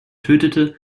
tötete